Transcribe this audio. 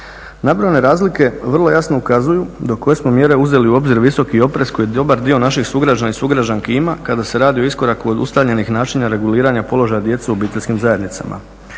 Nabrojane razlike vrlo jasno ukazuju do koje smo mjere uzeli u obzir visoki oprez koji dobar dio naših sugrađana i sugrađanki ima kada se radi o iskoraku od ustaljenih načina reguliranja položaja djece u obiteljskim zajednicama.